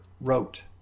wrote